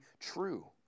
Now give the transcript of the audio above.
true